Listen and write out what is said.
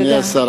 אדוני השר,